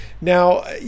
Now